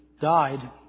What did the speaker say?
died